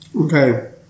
Okay